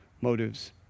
motives